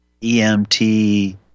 EMT